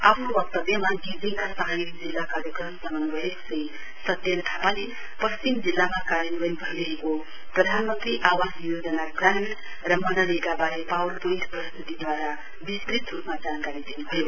आफ्नो वक्तव्यमा गेजिडका सहायक जिल्ला कार्यक्रम समन्वयक श्री सत्यन थापाले पश्चिम जिल्लामा कार्यान्वयन भइरहेको प्रधानमन्त्री आवास योजना ग्रामीण र मनरेगावारे पावर पोइन्ट प्रस्तुतीद्वारा विस्तृत रूपमा जानकारी दिन्भयो